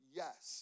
yes